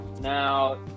Now